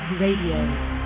Radio